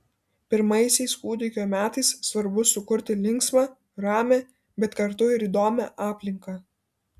pirmaisiais kūdikio metais svarbu sukurti linksmą ramią bet kartu ir įdomią aplinką